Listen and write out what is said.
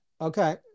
Okay